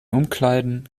umkleiden